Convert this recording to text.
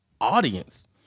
audience